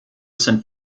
sind